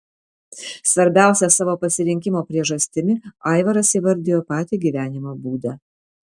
svarbiausia savo pasirinkimo priežastimi aivaras įvardijo patį gyvenimo būdą